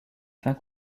fins